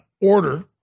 order